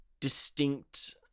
distinct